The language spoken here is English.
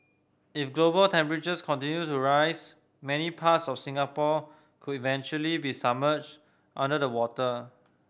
if global temperatures continue to rise many parts of Singapore could eventually be submerge under the water